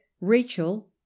Rachel